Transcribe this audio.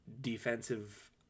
defensive